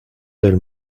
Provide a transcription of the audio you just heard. del